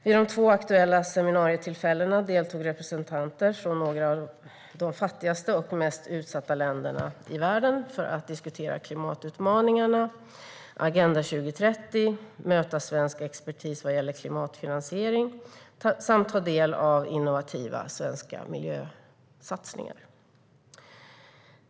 Vid de två aktuella seminarietillfällena deltog representanter för några av de fattigaste och mest utsatta länderna i världen för att diskutera klimatutmaningarna och Agenda 2030, möta svensk expertis vad gäller klimatfinansiering samt ta del av innovativa svenska miljösatsningar.